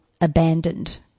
abandoned